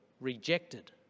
rejected